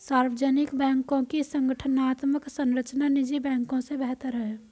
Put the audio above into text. सार्वजनिक बैंकों की संगठनात्मक संरचना निजी बैंकों से बेहतर है